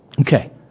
Okay